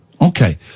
Okay